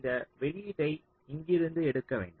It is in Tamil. இந்த வெளியீட்டை இங்கிருந்து எடுக்க வேண்டும்